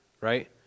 right